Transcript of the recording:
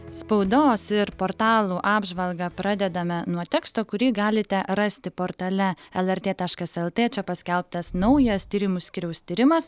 spaudos ir portalų apžvalgą pradedame nuo teksto kurį galite rasti portale lrt taškas lt čia paskelbtas naujas tyrimų skyriaus tyrimas